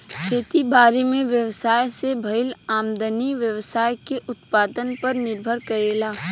खेती बारी में व्यवसाय से भईल आमदनी व्यवसाय के उत्पादन पर निर्भर करेला